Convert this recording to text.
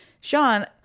sean